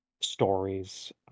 stories